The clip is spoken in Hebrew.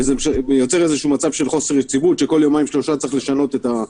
וכו', לעומת רמת הסיכון שיש בגנים.